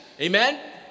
amen